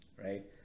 right